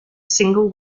single